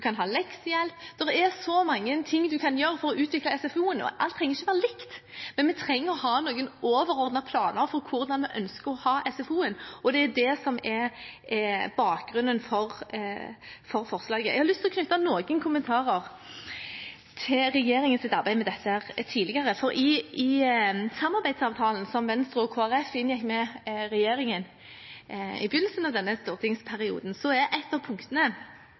kan ha leksehjelp – det er så mange ting man kan gjøre for å utvikle SFO-en, og alt trenger ikke være likt. Men vi trenger å ha noen overordnede planer for hvordan vi ønsker å ha SFO-en, og det er det som er bakgrunnen for forslaget. Jeg har lyst til å knytte noen kommentarer til regjeringens arbeid med dette tidligere. I samarbeidsavtalen som Venstre og Kristelig Folkeparti inngikk med regjeringen i begynnelsen av denne stortingsperioden, er et av punktene